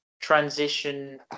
transition